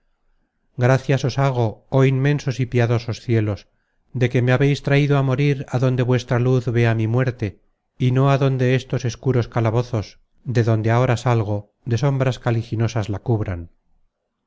gracias os hago oh inmensos y piadosos cielos de que me habeis traido á morir á donde vuestra luz vea mi muerte y no á donde estos escuros calabozos de donde ahora salgo de sombras caliginosas la cubran